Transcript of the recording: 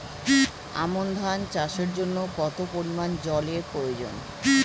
আমন ধান চাষের জন্য কত পরিমান জল এর প্রয়োজন?